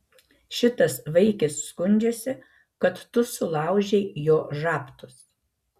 šitas vaikis skundžiasi kad tu sulaužei jo žabtus